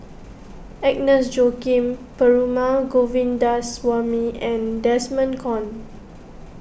Agnes Joaquim Perumal Govindaswamy and Desmond Kon